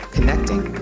Connecting